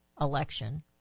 election